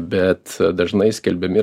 bet dažnai skelbiami ir